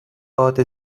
باد